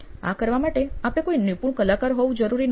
આ કરવા માટે આપે કોઈ નિપુણ કલાકાર હોવું જરુરી નથી